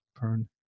burn